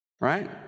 Right